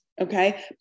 Okay